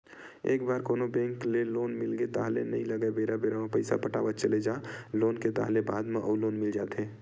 एक बार कोनो बेंक ले लोन मिलगे ताहले नइ लगय बेरा बेरा म पइसा पटावत चले जा लोन के ताहले बाद म अउ लोन मिल जाथे